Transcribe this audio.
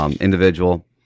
individual